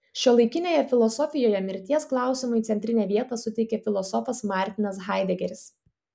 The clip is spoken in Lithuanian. šiuolaikinėje filosofijoje mirties klausimui centrinę vietą suteikė filosofas martinas haidegeris